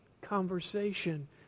conversation